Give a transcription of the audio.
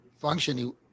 functioning